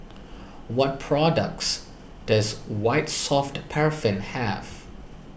what products does White Soft Paraffin have